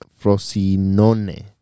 Frosinone